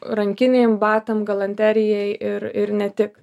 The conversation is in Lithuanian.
rankinėm batam galanterijai ir ir ne tik